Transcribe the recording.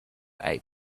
eight